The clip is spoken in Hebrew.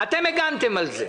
- אתם הגנתם על זה.